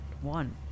one